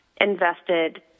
invested